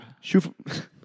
Shoot